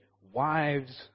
wives